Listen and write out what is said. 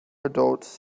adults